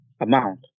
amount